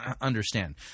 understand